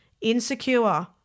insecure